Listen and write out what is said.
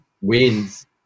wins